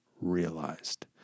realized